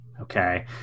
okay